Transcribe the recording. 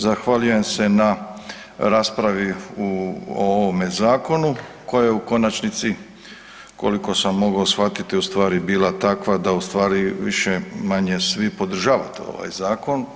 Zahvaljujem se na raspravi o ovome zakonu koja je u konačnici koliko sam mogao shvatiti ustvari bila takva da ustvari više-manje svi podržavate ovaj zakon.